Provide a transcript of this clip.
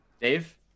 Dave